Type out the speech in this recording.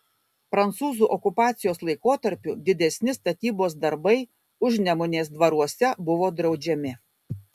prancūzų okupacijos laikotarpiu didesni statybos darbai užnemunės dvaruose buvo draudžiami